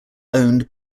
owned